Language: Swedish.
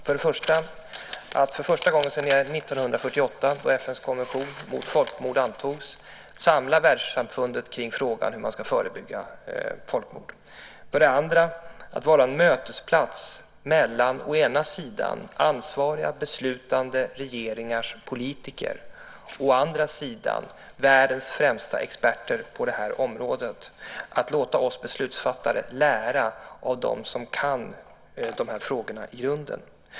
För det första att för första gången sedan 1948, då FN:s konvention mot folkmord antogs, samla världssamfundet kring frågan hur man ska förebygga folkmord. För det andra att vara en mötesplats mellan å ena sidan ansvariga beslutande regeringars politiker, å andra sidan världens främsta experter på det här området och låta oss beslutsfattare lära av dem som kan de här frågorna i grunden.